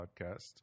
podcast